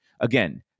Again